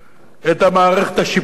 את המערכת השיפוטית לאנשים,